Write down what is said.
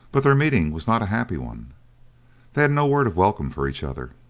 but their meeting was not a happy one they had no word of welcome for each other.